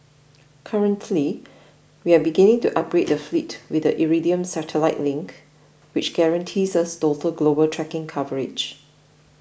currently we are beginning to upgrade the fleet with the Iridium satellite link which guarantees us total global tracking coverage